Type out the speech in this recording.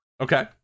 Okay